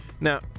Now